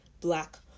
black